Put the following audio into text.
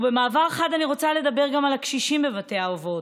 ובמעבר חד אני רוצה לדבר גם על הקשישים בבתי האבות,